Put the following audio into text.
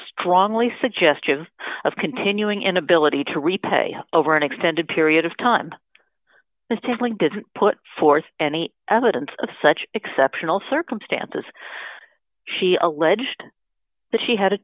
strongly suggestive of continuing inability to repay over an extended period of time is telling didn't put forth any evidence of such exceptional circumstances she alleged that she had a